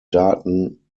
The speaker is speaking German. daten